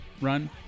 run